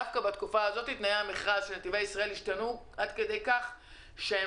דווקא תנאי המכרז של נתיבי ישראל השתנו עד כדי כך שהם